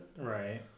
Right